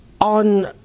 on